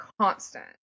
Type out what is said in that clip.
constant